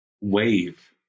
wave